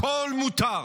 הכול מותר,